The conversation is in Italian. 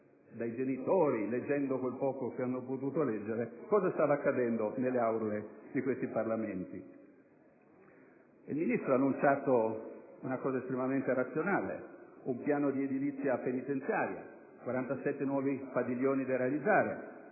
dai genitori o leggendo quel poco che hanno potuto leggere - cosa stava accadendo nelle Aule del Parlamento. Il Ministro ha annunciato un intervento estremamente razionale: un piano di edilizia penitenziaria, con 47 nuovi padiglioni e